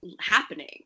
happening